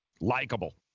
likable